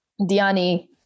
Diani